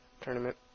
tournament